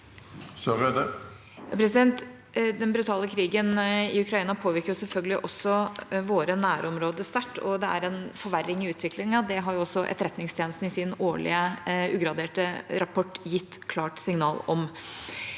Den brutale kri- gen i Ukraina påvirker selvfølgelig også våre nærområder sterkt, og det er en forverring i utviklingen. Det har også Etterretningstjenesten i sin årlige ugraderte rapport gitt et klart signal om.